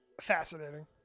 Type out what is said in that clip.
Fascinating